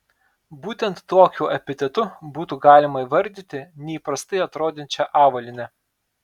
būtent tokiu epitetu būtų galima įvardyti neįprastai atrodančią avalynę